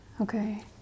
Okay